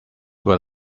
were